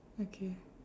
okay